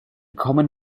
common